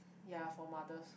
ya for mothers